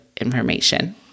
information